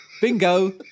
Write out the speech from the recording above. Bingo